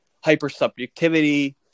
hyper-subjectivity